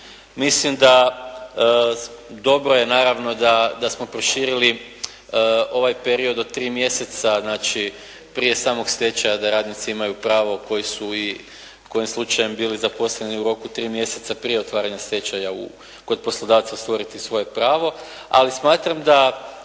Mislim da dobro je naravno da smo proširili ovaj period od tri mjeseca, znači prije samog stečaja da radnici imaju pravo koji su i kojim slučajem bili zaposleni u roku tri mjeseca prije otvaranja stečaja kod poslodavca ostvariti svoje pravo. Ali smatram da